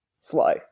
slow